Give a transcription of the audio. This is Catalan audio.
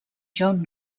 john